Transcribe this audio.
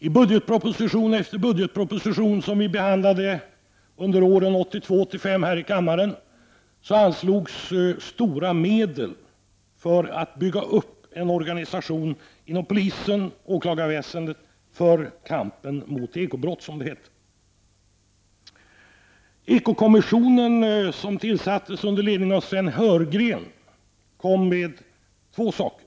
I budgetproposition efter budgetproposition som behandlades under åren 1982-1985 anslogs stora medel för att bygga upp en organisation inom polisen och åklagarväsendet för kampen mot ekobrott, som det hette. Ekokommissionen under ledning av Sven Heurgren bidrog med två saker.